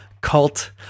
cult